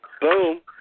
Boom